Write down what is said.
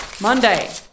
Monday